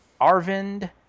Arvind